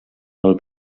del